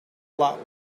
lot